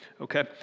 okay